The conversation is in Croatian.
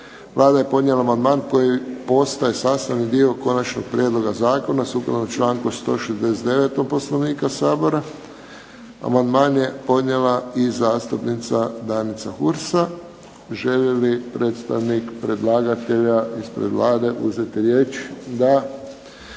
Vlada je podnijela amandman koji postaje sastavni dio konačnog prijedlog zakona sukladno članku 169. Poslovnika Sabora. Amandman je podnijela i zastupnica Danica Hursa. Želi li predstavnik predlagatelja ispred Vlade uzeti riječ? Da.